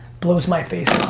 blows my face